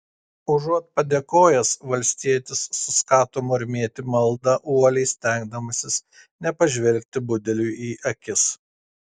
užuot padėkojęs valstietis suskato murmėti maldą uoliai stengdamasis nepažvelgti budeliui į akis